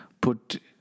put